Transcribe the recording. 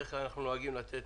בדרך כלל אנחנו נוהגים לתת